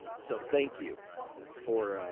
so thank you for, ah,